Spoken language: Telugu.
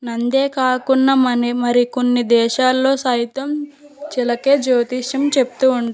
నందే కాకున్నా మనం మరి కొన్ని దేశాల్లో సైతం చిలకే జ్యోతిష్యం చెబుతూ ఉం